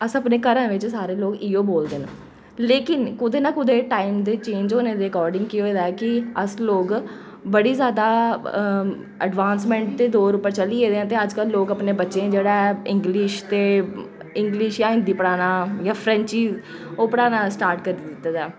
अस अपने घरें बिच सारे लोक इ'यै बोलदे न लेकिन कुतै नां कुतै टाइम दे चेंज होने दे अकार्डिंग केह् होए दा कि अस लोक बड़ी जैदा अडवांसमैंट दे दौर उप्पर चली गेदे आं ते अजकल लोक अपने बच्चें ई जेह्ड़ा ऐ इंग्लिश ते इंग्लिश जां हिंदी पढ़ाना जा फ्रैंच ओह् पढ़ाना स्टार्ट करी दित्ता दा